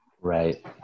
Right